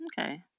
okay